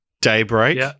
Daybreak